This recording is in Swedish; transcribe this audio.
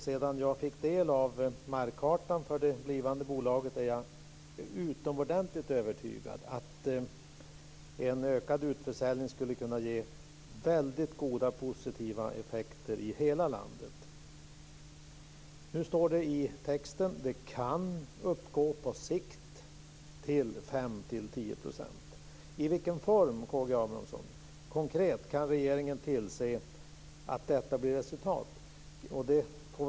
Sedan jag fick del av markkartan för det blivande bolaget är jag utomordentligt övertygad om att en ökad utförsäljning skulle kunna ge väldigt goda positiva effekter i hela landet. Det står i texten att den försålda arealen på sikt kan uppgå till 5-10 %. Hur, konkret, kan regeringen tillse att detta blir resultatet, K G Abramsson?